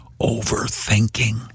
overthinking